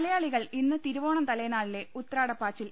മലയാളികൾ ഇന്ന് തിരുവോണ തലേനാളിലെ ഉത്രാടപാച്ചിൽ